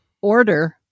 order